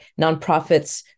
Nonprofits